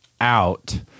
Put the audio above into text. out